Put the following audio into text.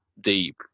deep